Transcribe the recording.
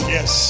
Yes